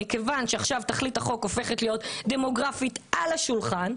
מאחר ותכלית החוק הופכת להיות דמוגרפית על השולחן,